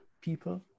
people